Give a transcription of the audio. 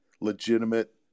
legitimate